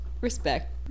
respect